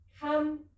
Come